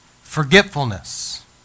Forgetfulness